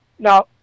Now